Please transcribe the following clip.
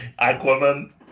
Aquaman